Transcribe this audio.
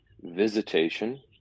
visitation